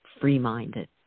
Free-minded